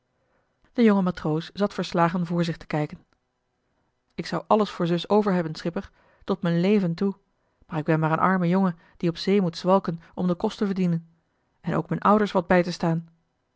de jonge matroos zat verslagen voor zich te kijken ik zou alles voor zus over hebben schipper tot m'n leven toe maar ik ben maar een arme jongen die op zee moet zwalken om den kost te verdienen en ook m'n ouders wat bij te staan